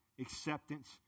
acceptance